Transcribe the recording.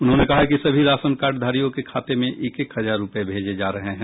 उन्होंने कहा कि सभी राशन कार्डधारियों के खाते में एक एक हजार रूपये भेजे जा रहे हैं